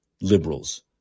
liberals